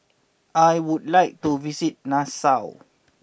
I would like to visit Nassau